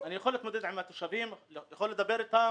אני יכול להתמודד עם התושבים, אני יכול לדבר אתם,